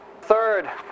Third